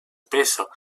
peso